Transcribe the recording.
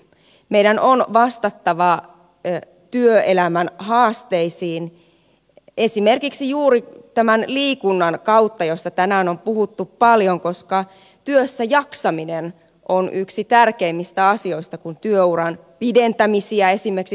meidän on vastattava työelämän haasteisiin esimerkiksi juuri tämän liikunnan kautta josta tänään on puhuttu paljon koska työssäjaksaminen on yksi tärkeimmistä asioista kun esimerkiksi työuran pidentämisestä keskustellaan